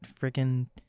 freaking